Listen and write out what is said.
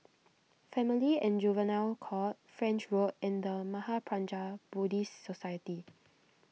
Family and Juvenile Court French Road and the Mahaprajna Buddhist Society